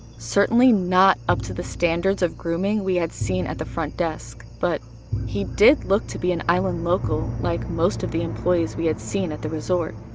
certainly not up to the standards of grooming we had seen at the front desk. but he did look to be an island local, like most of the employees we had seen at the resort.